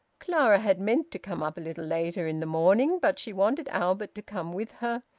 clara had meant to come up a little later in the morning, but she wanted albert to come with her,